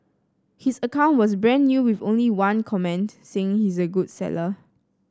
his account was brand new with only one comment saying he's a good seller